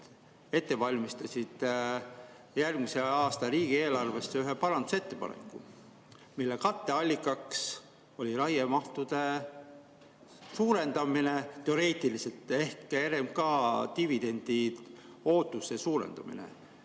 ette järgmise aasta riigieelarvest ühe parandusettepaneku, mille katteallikaks oli raiemahtude suurendamine teoreetiliselt ehk RMK dividendi ootuse suurendamine.